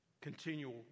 continual